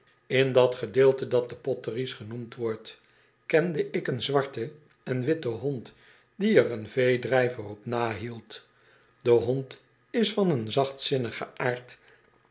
in dat gedeelte dat de potter ies genoemd wordt kende ik een zwarten en witten hond die er een veedrijver op nahield de hond is van een zachtzinnigen aard